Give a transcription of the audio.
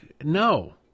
no